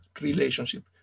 relationship